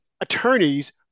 attorneys